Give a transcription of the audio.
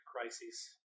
crises